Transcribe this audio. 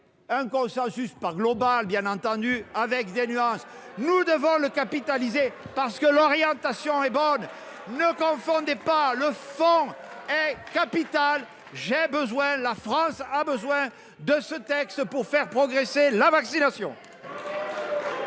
Un consensus- non pas global et certes assorti de nuances -s'est dégagé. Nous devons le capitaliser, parce que l'orientation est bonne. Ne confondez pas : le fond est capital. J'ai besoin, la France a besoin de ce texte pour faire progresser la vaccination